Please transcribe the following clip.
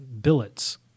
billets